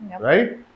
right